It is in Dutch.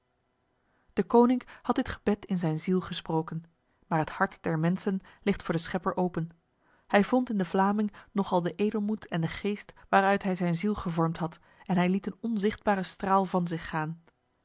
deconinck had dit gebed in zijn ziel gesproken maar het hart der mensen ligt voor de schepper open hij vond in de vlaming nog al de edelmoed en de geest waaruit hij zijn ziel gevormd had en hij liet een onzichtbare straal van zich gaan